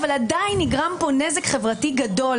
אבל עדיין נגרם פה נזק חברתי גדול.